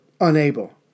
unable